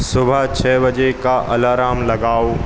सुबह छः बजे का अलारम लगाओ